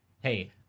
hey